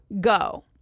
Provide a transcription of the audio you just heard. go